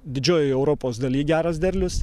didžiojoj europos daly geras derlius